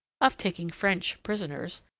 of taking french prisoners,